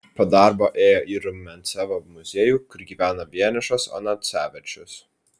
po darbo ėjo į rumiancevo muziejų kur gyveno vienišas onacevičius